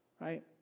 right